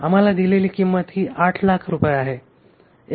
आम्हाला दिलेली किंमत ही 800000 रूपये आहे